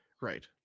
Right